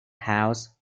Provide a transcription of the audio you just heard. house